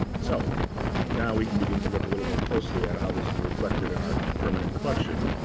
so now, we can begin to look a little more closely at how this is reflected in our permanent collection.